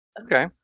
Okay